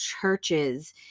churches